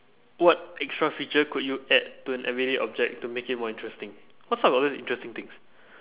what extra feature could you add to an everyday object to make it more interesting what's up with all these interesting things